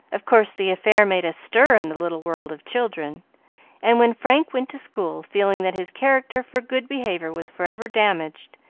of course, the affair made a stir in the little world of children and when frank went to school, feeling that his character for good behavior was forever damaged,